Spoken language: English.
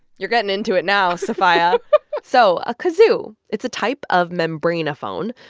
you're getting into it now, sofia so a kazoo it's a type of membranophone.